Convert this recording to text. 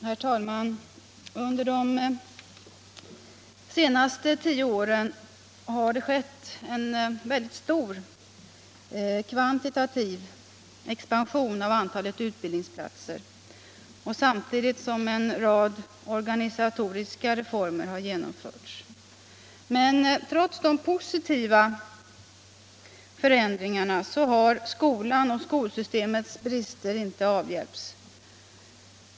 Herr talman! Under de senaste tio åren har det skett en mycket stor kvantitativ expansion av antalet utbildningsplatser samtidigt som en rad organisatoriska reformer har genomförts. Men trots de positiva förändringarna har skolans och skolsystemets brister inte avhjälpts.